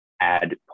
add